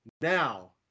now